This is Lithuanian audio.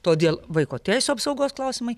todėl vaiko teisių apsaugos klausimai